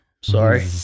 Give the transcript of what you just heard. Sorry